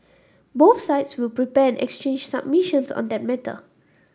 both sides will prepare and exchange submissions on that matter